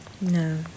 No